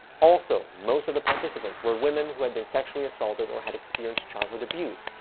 also, most of the participants were women who had been sexually assaulted or had experienced childhood abuse,